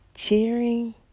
Cheering